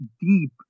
deep